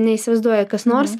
neįsivaizduoji kas nors